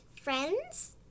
friends